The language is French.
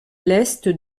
l’est